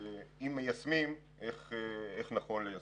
אם מיישמים, איך נכון ליישם.